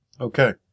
Okay